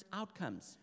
outcomes